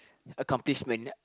accomplishment